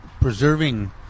preserving